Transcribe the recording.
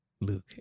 Luke